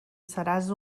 seràs